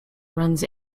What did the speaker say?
runs